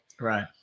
Right